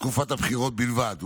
בתקופת הבחירות בלבד,